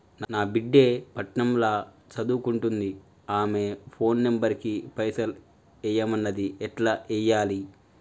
నా బిడ్డే పట్నం ల సదువుకుంటుంది ఆమె ఫోన్ నంబర్ కి పైసల్ ఎయ్యమన్నది ఎట్ల ఎయ్యాలి?